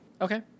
Okay